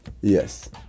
Yes